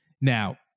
Now